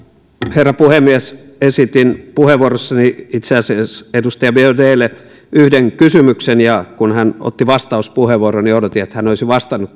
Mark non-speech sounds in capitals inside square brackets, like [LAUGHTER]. herra puhemies esitin puheenvuorossani itse asiassa edustaja biaudetlle yhden kysymyksen ja kun hän otti vastauspuheenvuoron niin odotin että hän olisi vastannut [UNINTELLIGIBLE]